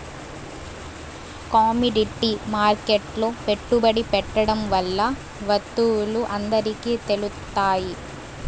commodity మార్కెట్లో పెట్టుబడి పెట్టడం వల్ల వత్తువులు అందరికి తెలుత్తాయి